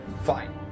Fine